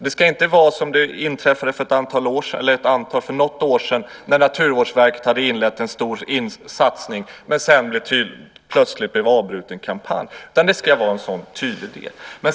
Det ska inte vara såsom det inträffade för något år sedan när Naturvårdsverket hade inlett en stor satsning men blev plötsligt avbrutet i sin kampanj.